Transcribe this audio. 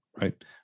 right